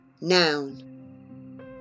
Noun